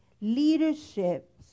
leadership